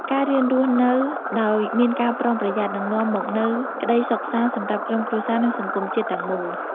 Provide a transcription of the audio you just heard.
ការរៀនរស់នៅដោយមានការប្រុងប្រយ័ត្ននឹងនាំមកនូវក្តីសុខសាន្តសម្រាប់ក្រុមគ្រួសារ និងសង្គមជាតិទាំងមូល។